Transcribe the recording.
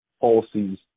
policies